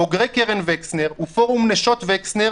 בוגרי קרן וקסנר ופורום נשות וקסנר